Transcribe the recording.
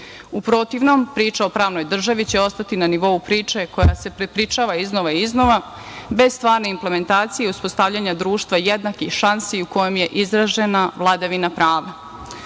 U protivnom pričao o pravnoj državi će ostati na nivou priče koja se prepričava iznova i iznova, bez stvarne implementacije i uspostavljanja društva jednakih šansi u kojem je izražena vladavina prava. Dakle,